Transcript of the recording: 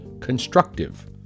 constructive